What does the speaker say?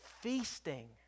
feasting